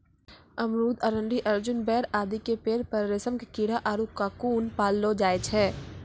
अमरूद, अरंडी, अर्जुन, बेर आदि के पेड़ पर रेशम के कीड़ा आरो ककून पाललो जाय छै